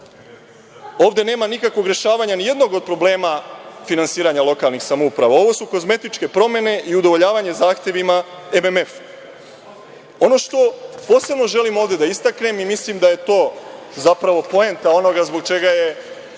Ovde nema nikakvog rešavanja ni jednog od problema finansiranja lokalnih samouprava. Ovo su kozmetičke promene i udovoljavanje zahtevima MMF-a. Ono što posebno želim ovde da istaknem i mislim da je to zapravo poenta onoga zbog čega je